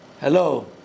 hello